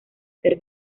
ser